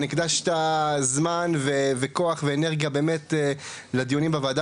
הקדשת זמן וכוח ואנרגיה באמת לדיונים בוועדה.